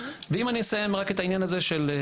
אם אני אסיים רק את עניין ההכשרה,